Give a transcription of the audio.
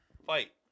fight